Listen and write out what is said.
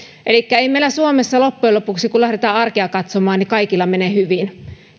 ei meillä suomessa loppujen lopuksi kun lähdetään arkea katsomaan kaikilla mene hyvin